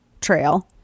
trail